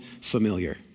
familiar